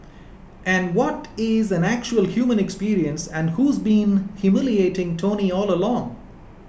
and what is an actual human experience and who's been humiliating Tony all along